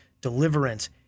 deliverance